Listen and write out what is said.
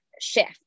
shift